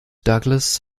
douglas